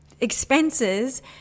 expenses